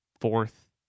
fourth